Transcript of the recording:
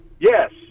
Yes